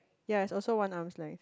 ya it's also one arms length